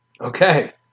Okay